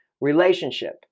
relationship